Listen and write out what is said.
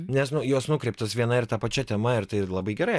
nes nu jos nukreiptos viena ir ta pačia tema ir tai labai gerai